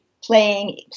playing